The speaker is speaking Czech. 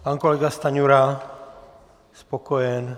Pan kolega Stanjura je spokojen?